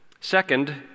Second